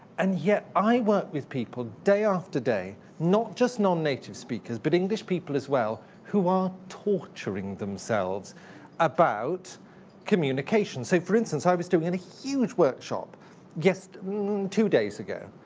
and yet, i work with people day after day, not just non-native speakers, but english people as well, who are torturing themselves about communication. so for instance, i was doing and a huge workshop two days ago,